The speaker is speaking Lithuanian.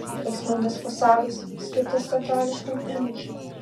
rėksmingas fasadas skirtas teatrališkam imidžui